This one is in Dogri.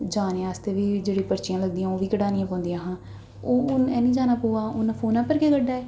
जाने आस्तै बी जेह्ड़ी पर्चियां लगदियां ओह् बी कढानियां पौंदियां हां ओह् हून हैन्नी जाना पवा दा हून फोनें पर गै कड्ढा दे